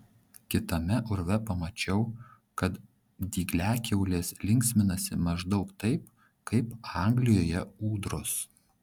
kitame urve pamačiau kad dygliakiaulės linksminasi maždaug taip kaip anglijoje ūdros